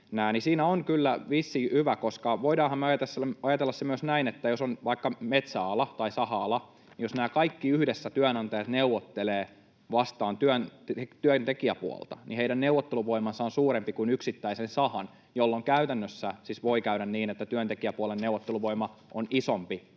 siinä on kyllä vissiin hyvä, koska voidaanhan me ajatella se myös näin, että jos on vaikka metsäala tai saha-ala, niin jos nämä kaikki työnantajat yhdessä neuvottelevat työntekijäpuolta vastaan, niin heidän neuvotteluvoimansa on suurempi kuin yksittäisen sahan, jolloin käytännössä siis voi käydä niin, että työntekijäpuolen neuvotteluvoima on isompi